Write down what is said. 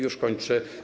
Już kończę.